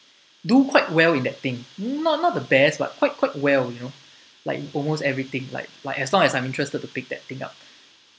do quite well in that thing not not the best but quite quite well you know like almost everything like like as long as I'm interested to pick that thing up